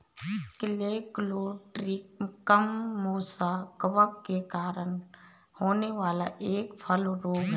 colletotrichum मुसा कवक के कारण होने वाला एक फल रोग है